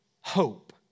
hope